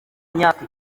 imyaka